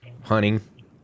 hunting